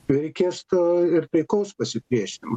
tai reikės to ir taikaus pasipriešinimo